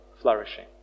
flourishing